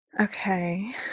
Okay